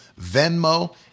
Venmo